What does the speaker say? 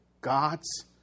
God's